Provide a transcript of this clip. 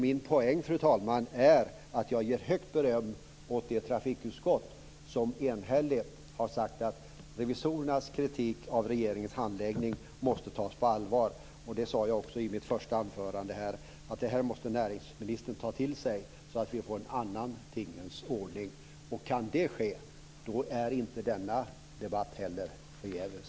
Min poäng, fru talman, är att jag ger högt beröm åt det trafikutskott som enhälligt har sagt att revisorernas kritik av regeringens handläggning måste tas på allvar. Jag sade också i mitt första anförande att det här måste näringsministern ta till sig så att vi får en annan tingens ordning. Om det kan ske är inte denna debatt heller förgäves.